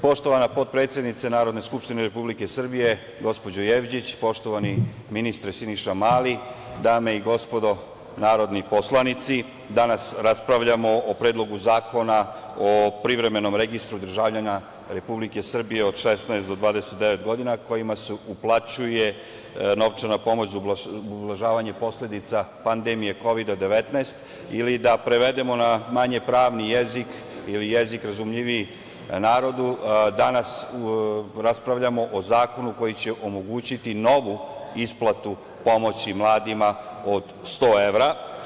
Poštovana potpredsednice Narodne skupštine Republike Srbije gospođo Jevđić, poštovani ministre Siniša Mali, dame i gospodo narodni poslanici, danas raspravljamo o Predlogu zakona o privremenom registru državljana Republike Srbije od 16 do 29 godina kojima se uplaćuje novčana pomoć za ublažavanje posledica pandemije Kovid-19, ili da prevedemo na manje pravni jezik ili jezik razumljiviji narodu, danas raspravljamo o zakonu koji će omogućiti novu isplatu pomoći mladima od 100 evra.